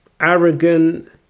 arrogant